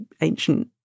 ancient